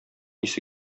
исе